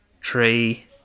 tree